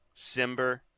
Simber